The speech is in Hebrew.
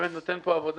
אתה באמת נותן פה עבודה,